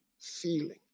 feeling